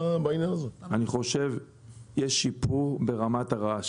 כן, יש שיפור ברמת הרעש.